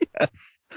Yes